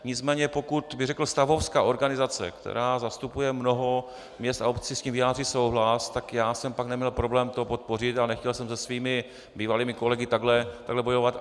Nicméně pokud, řekl bych, stavovská organizace, která zastupuje mnoho měst a obcí, s tím vyjádří souhlas, tak já jsem pak neměl problém to podpořit a nechtěl jsem se svými bývalými kolegy takhle bojovat.